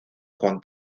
juan